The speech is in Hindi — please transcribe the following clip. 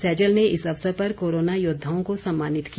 सैजल ने इस अवसर पर कोरोना योद्वाओं को सम्मानित किया